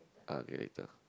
uh get later